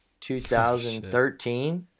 2013